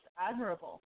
admirable